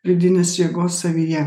vidinės jėgos savyje